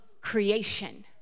creation